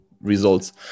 results